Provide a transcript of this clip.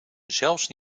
zelfs